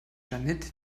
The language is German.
jeanette